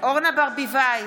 אורנה ברביבאי,